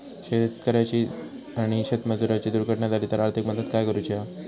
शेतकऱ्याची आणि शेतमजुराची दुर्घटना झाली तर आर्थिक मदत काय करूची हा?